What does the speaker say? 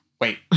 Wait